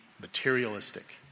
materialistic